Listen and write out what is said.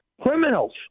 Criminals